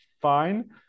fine